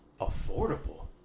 Affordable